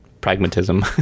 pragmatism